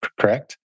Correct